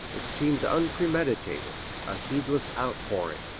it seems unpremeditated, a heedless outpouring,